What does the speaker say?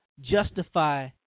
justify